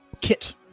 Kit